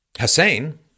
Hussein